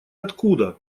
откуда